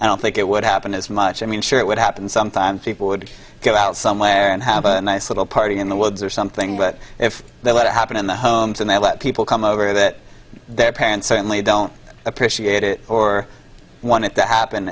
i don't think it would happen as much i mean sure it would happen sometimes people would go out somewhere and have a nice little party in the woods or something but if they let it happen in the homes and they let people come over that their parents certainly don't appreciate it or want it to happen